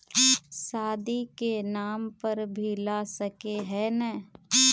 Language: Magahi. शादी के नाम पर भी ला सके है नय?